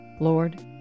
Lord